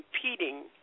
competing